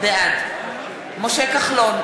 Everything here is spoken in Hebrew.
בעד משה כחלון,